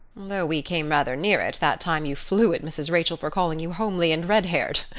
though we came rather near it that time you flew at mrs. rachel for calling you homely and redhaired.